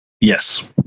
Yes